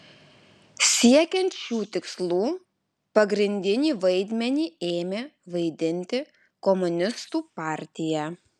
siekiant šių tikslų pagrindinį vaidmenį ėmė vaidinti komunistų partija